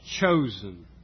chosen